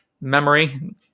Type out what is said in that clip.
memory